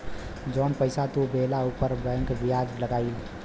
जौन पइसा तू लेबा ऊपर बैंक बियाज लगाई